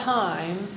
time